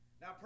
Now